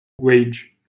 wage